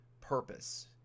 purpose